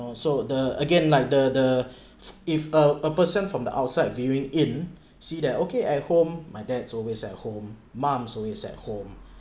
so the again like the the if a a person from the outside viewing in see that okay at home my dad's always at home mom is always at home